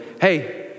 hey